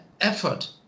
effort